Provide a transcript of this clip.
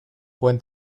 buen